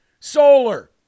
solar